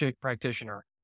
practitioner